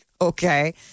okay